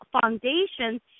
foundation